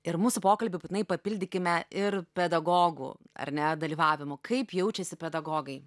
ir mūsų pokalbį būtinai papildykime ir pedagogų ar ne dalyvavimu kaip jaučiasi pedagogai